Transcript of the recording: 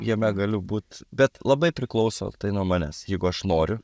jame gali būt bet labai priklauso nuo manęs jeigu aš noriu